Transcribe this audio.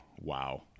wow